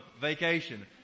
vacation